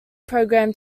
program